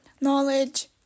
knowledge